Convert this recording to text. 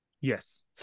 Yes